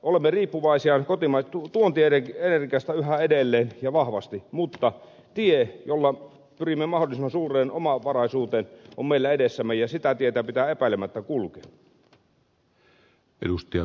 olemme riippuvaisia tuontienergiasta yhä edelleen ja vahvasti mutta tie jolla pyrimme mahdollisimman suureen omavaraisuuteen on meillä edessämme ja sitä tietä pitää epäilemättä kulkea